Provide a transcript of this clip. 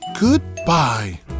Goodbye